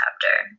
chapter